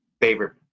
favorite